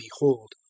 behold